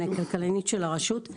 אני הכלכלנית של הרשות.